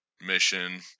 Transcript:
mission